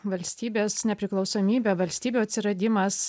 valstybės nepriklausomybė valstybių atsiradimas